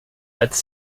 als